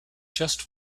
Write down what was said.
just